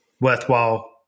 worthwhile